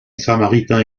samaritain